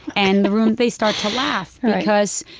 and the room, they start to laugh right because,